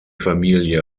familie